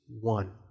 one